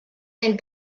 ein